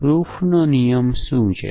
પ્રૂફનો નિયમ શું છે